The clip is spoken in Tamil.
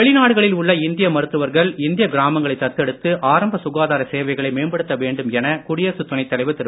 வெளிநாடுகளில் உள்ள இந்திய மருத்துவர்கள் இந்திய கிராமங்களை தத்தெடுத்து ஆரம்ப சுகாதார சேவைகளை மேம்படுத்த வேண்டும் என குடியரசுத் துணைத் தலைவர் திரு